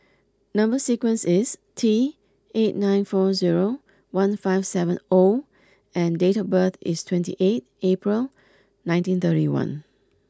number sequence is Teight eight nine four zero one five seven O and date of birth is twenty eight April nineteen thirty one